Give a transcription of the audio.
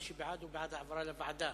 מי שבעד, הוא בעד העברה לוועדה.